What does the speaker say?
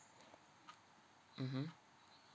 mmhmm